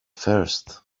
first